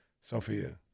Sophia